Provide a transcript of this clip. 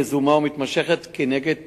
יזומה ומתמשכת נגד "פיצוציות",